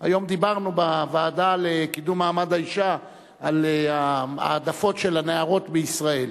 היום דיברנו בוועדה לקידום מעמד האשה על ההעדפות של הנערות בישראל,